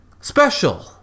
special